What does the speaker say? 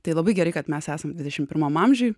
tai labai gerai kad mes esame dvidešim pirmam amžiuj